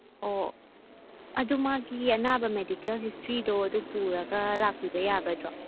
ꯑꯣ ꯑꯗꯨ ꯃꯥꯒꯤ ꯑꯅꯥꯕ ꯃꯦꯗꯦꯀꯦꯜ ꯍꯤꯁꯇ꯭ꯔꯤꯗꯣ ꯑꯗꯨ ꯄꯨꯔꯒ ꯂꯥꯛꯄꯤꯕ ꯌꯥꯒꯗ꯭ꯔꯣ